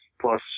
plus